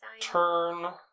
Turn